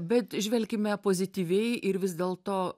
bet žvelkime pozityviai ir vis dėl to